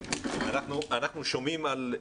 שלוש.